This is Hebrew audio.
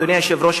אדוני היושב-ראש,